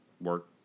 work